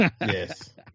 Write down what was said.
Yes